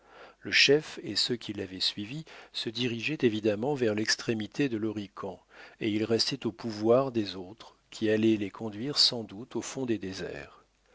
le chef et ceux qui l'avaient suivi se dirigeaient évidemment vers l'extrémité de l'horican et ils restaient au pouvoir des autres qui allaient les conduire sans doute au fond des déserts